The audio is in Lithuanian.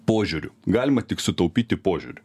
požiūriu galima tik sutaupyti požiūriu